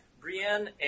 Brienne